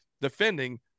defending